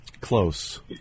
Close